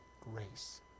grace